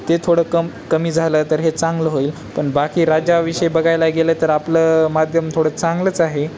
ते थोडं कम कमी झालं तर हे चांगलं होईल पन बाकी राजाविषय बघायला गेलं तर आपलं माध्यम थोडं चांगलंच आहे